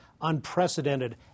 unprecedented